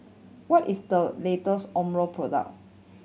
what is the latest Omron product